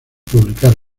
publicar